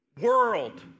World